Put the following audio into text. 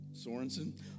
Sorensen